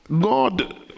god